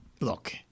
Look